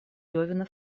левина